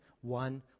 one